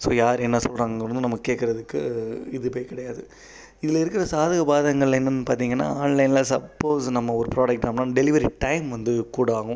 so யார் என்ன சொல்றாங்கணும் நம்ம கேட்குறதுக்கு இதுவே கிடையாது இதில் இருக்கிற சாதக பாதகங்கள் என்னென்னு பார்த்தீங்கனா ஆன்லைனில் சப்போஸ் நம்ம ஒரு ப்ராடெக்ட் நம்ம டெலிவரி டைம் வந்து கூட ஆகும்